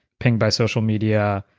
pinged by social media,